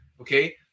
Okay